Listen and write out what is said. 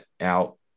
out